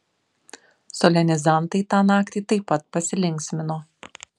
solenizantai tą naktį taip pat pasilinksmino